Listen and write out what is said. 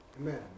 Amen